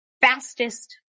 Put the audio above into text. fastest